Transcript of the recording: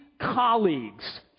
colleagues